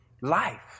life